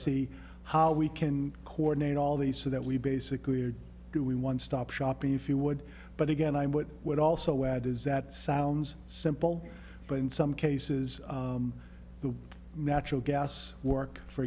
see how we can coordinate all these so that we basically are doing one stop shopping if you would but again i'm what i would also add is that sounds simple but in some cases the natural gas work for